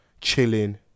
chilling